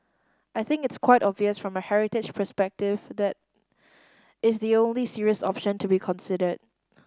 I think it's quite obvious from a heritage perspective that is the only serious option to be considered